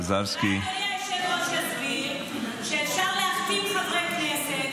אולי אדוני היושב-ראש יזכיר שאפשר להחתים חברי כנסת,